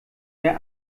der